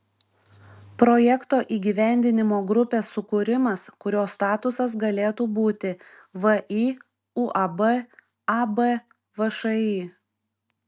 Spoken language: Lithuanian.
projekto įgyvendinimo grupės sukūrimas kurio statusas galėtų būti vį uab ab všį